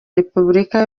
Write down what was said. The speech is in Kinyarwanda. repubulika